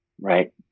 Right